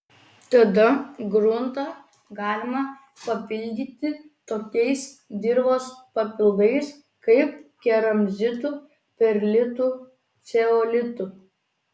tada gruntą galima papildyti tokiais dirvos papildais kaip keramzitu perlitu ceolitu